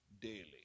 daily